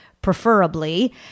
preferably